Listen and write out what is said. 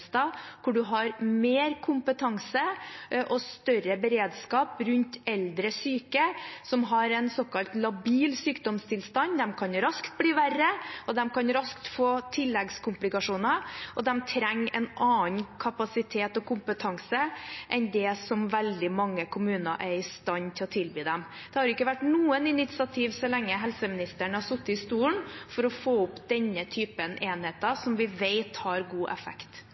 mer kompetanse og større beredskap rundt eldre syke som har en såkalt labil sykdomstilstand? De kan raskt bli verre, de kan raskt få tilleggskomplikasjoner, og de trenger en annen kapasitet og kompetanse enn det som veldig mange kommuner er i stand til å tilby dem. Det har ikke vært noe initiativ så lenge helseministeren har sittet i stolen, for å få opp denne typen enheter, som vi vet har god effekt.